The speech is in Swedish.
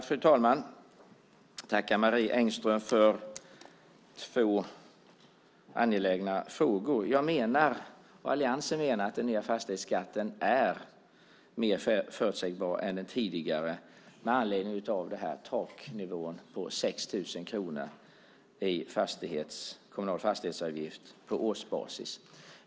Fru talman! Jag tackar Marie Engström för hennes angelägna frågor. Jag och alliansen menar att den nya fastighetsskatten är mer förutsägbar än den tidigare med tanke på taknivån, de 6 000 kronorna i kommunal fastighetsavgift på årsbasis.